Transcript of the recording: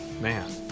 Man